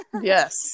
Yes